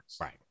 Right